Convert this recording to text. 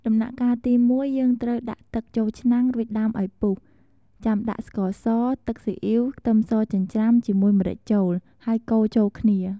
ដំណាក់កាលទី១ យើងត្រូវដាក់ទឹកចូលឆ្នាំង រួចដាំឱ្យពុះ ចាំដាក់ស្ករស ទឹកស៊ីអ៉ីវ ខ្ទឹមសចិញ្ច្រាំជាមួយម្រេចចូល ហើយកូរចូលគ្នា។